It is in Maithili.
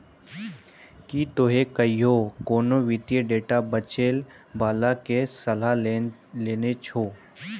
कि तोहें कहियो कोनो वित्तीय डेटा बेचै बाला के सलाह लेने छो?